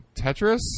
Tetris